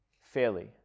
fairly